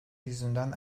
yüzünden